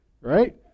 Right